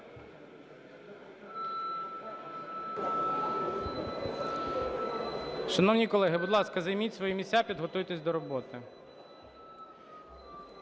Шановні колеги, будь ласка, займіть свої місця, підготуйтесь до роботи.